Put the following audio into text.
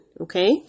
okay